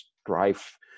strife